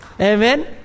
Amen